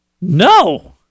no